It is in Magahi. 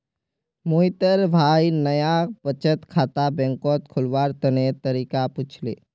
मोहितेर भाई नाया बचत खाता बैंकत खोलवार तने तरीका पुछले